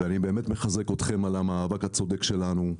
ואני באמת מחזק אתכם על המאבק הצודק שלנו.